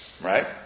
right